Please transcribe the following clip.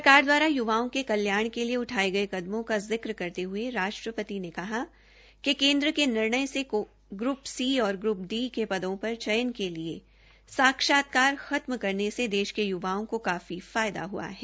सरकार दवारा य्वाओं के कल्याण के लिए उठाये गये कदमों का जिक्र करते हये राष्ट्रपति ने कहा कि केन्द्र के निर्णय से ग्रप सी और ग्रप डी के पदों पर चयन के लिए साक्षात्कार खत्म करने से देश के युवाओं को काफी फायदा हआ है